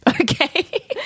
Okay